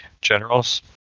Generals